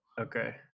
Okay